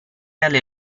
alle